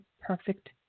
perfect